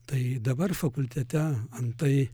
tai dabar fakultete antai